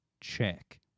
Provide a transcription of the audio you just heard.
check